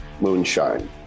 moonshine